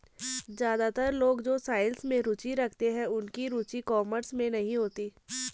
ज्यादातर लोग जो साइंस में रुचि रखते हैं उनकी रुचि कॉमर्स में नहीं होती